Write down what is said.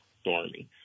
stormy